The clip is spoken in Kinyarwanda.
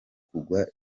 kugwa